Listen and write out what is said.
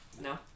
No